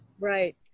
Right